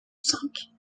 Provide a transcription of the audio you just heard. cinq